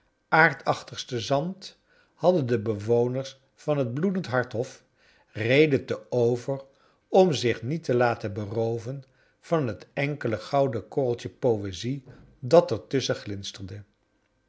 aardachtigste zand hadden de bewoners van het bloedend hart hof reden te over om zich niet te laten berooven van het enkele gouden korreltje poezie dat er